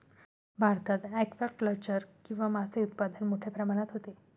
भारतात ॲक्वाकल्चर किंवा मासे उत्पादन मोठ्या प्रमाणात होते